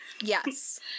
Yes